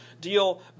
Deal